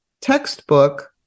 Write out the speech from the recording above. textbook